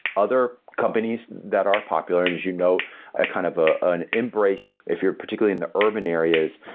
other companies that are popular and as you know ah kind of ah an embrace, if you're particularly in the urban areas,